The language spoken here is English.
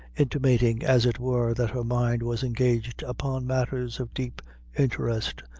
intimating, as it were, that her mind was engaged upon matters of deep interest,